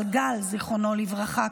על גל" זיכרונו לברכה,